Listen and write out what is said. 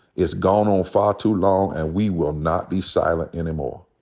it's gone on far too long. and we will not be silent anymore,